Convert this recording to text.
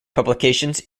publications